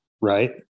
right